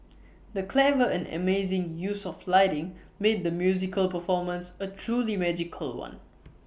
the clever and amazing use of lighting made the musical performances A truly magical one